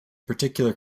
particular